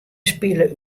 spile